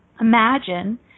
Imagine